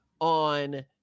on